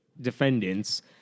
Defendants